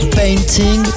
painting